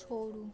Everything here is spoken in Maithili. छोड़ू